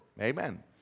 Amen